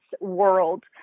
world